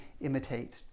imitate